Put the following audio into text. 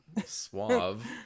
suave